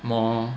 more